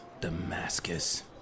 Damascus